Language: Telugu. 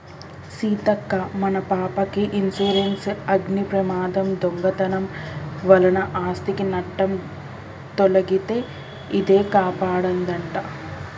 సీతక్క మన పాపకి ఇన్సురెన్సు అగ్ని ప్రమాదం, దొంగతనం వలన ఆస్ధికి నట్టం తొలగితే ఇదే కాపాడదంట